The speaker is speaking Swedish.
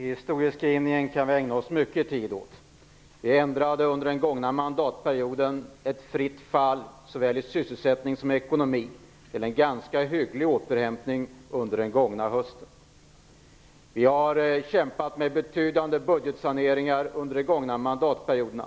Herr talman! Vi kan ägna mycket tid åt historieskrivningen. Under den gångna mandatperioden ändrade vi ett fritt fall såväl i sysselsättningen som i ekonomin till en ganska hygglig återhämtning under den gångna hösten. Vi har kämpat med betydande budgetsaneringar under de gångna mandatperioderna.